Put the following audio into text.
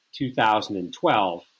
2012